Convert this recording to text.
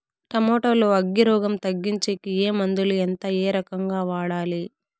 Tomato లో అగ్గి రోగం తగ్గించేకి ఏ మందులు? ఎంత? ఏ రకంగా వాడాలి?